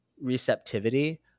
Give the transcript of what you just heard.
receptivity